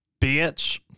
Bitch